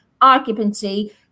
occupancy